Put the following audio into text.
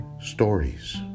stories